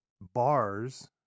bars